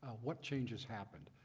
what changes happened?